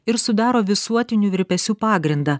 ir sudaro visuotinių virpesių pagrindą